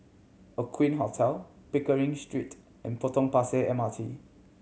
Aqueen Hotel Pickering Street and Potong Pasir M R T